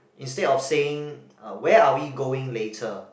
instead of saying uh where are we going later